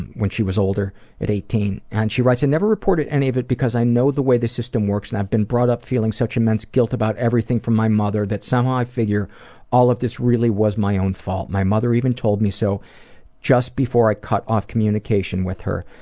when she was older at eighteen, and she writes i never reported any of it because i know the way the system works, and i've been brought up feeling such immense guilt about everything from my mother that somehow i figure all of this really was my own fault. my mother even told me so just before i cut off communication with her,